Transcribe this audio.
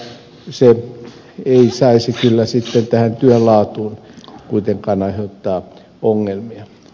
se ei saisi kyllä sitten tähän työn laatuun kuitenkaan aiheuttaa ongelmia